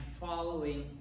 following